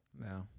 No